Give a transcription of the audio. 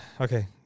Okay